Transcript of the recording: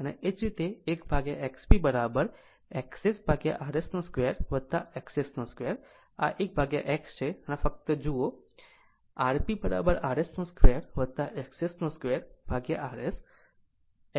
અને તે જ રીતે 1XPXSrs 2 XS 2 આ 1 X છે અથવા ફક્ત જાઓRprs 2 XS 2rs